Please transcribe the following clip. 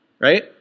right